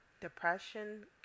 Depression